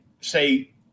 say